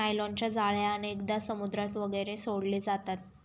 नायलॉनच्या जाळ्या अनेकदा समुद्रात वगैरे सोडले जातात